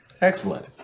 Excellent